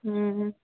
ହୁଁ ହୁଁ